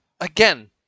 again